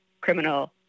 criminal